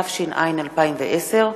התש”ע 2010,